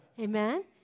Amen